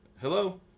Hello